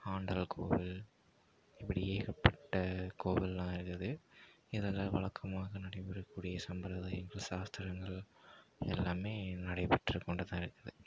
ஆண்டாள் கோவில் இப்படி ஏகப்பட்ட கோவில்லாம் இருக்குது இதில் வழக்கமாக நடைபெறக்கூடிய சம்பிரதாயங்கள் சாஸ்திரங்கள் எல்லாமே நடைபெற்று கொண்டுதான் இருக்குது